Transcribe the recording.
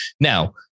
Now